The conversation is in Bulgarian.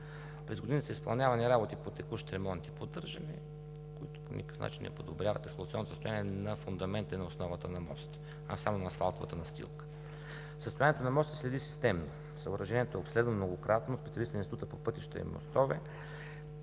През годините са изпълнявани работи по текущи ремонти – поддържане, които по никакъв начин не подобрят експлоатационното състояние на фундамента на основата на моста, а само на асфалтовата настилка. Състоянието на моста се следи системно. Съоръжението е обследвано многократно от специалисти на Института по пътища и мостове,